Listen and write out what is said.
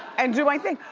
and do my thing.